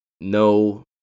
no